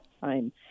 time